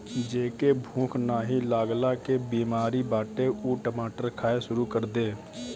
जेके भूख नाही लागला के बेमारी बाटे उ टमाटर खाए शुरू कर दे